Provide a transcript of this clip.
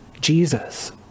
Jesus